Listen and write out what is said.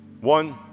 One